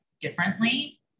differently